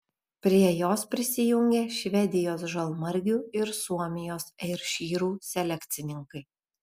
prie jos prisijungė švedijos žalmargių ir suomijos airšyrų selekcininkai